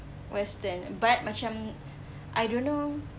western but macam I don't know